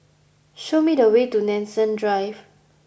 show me the way to Nanson Drive